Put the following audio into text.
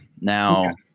Now